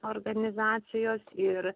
organizacijos ir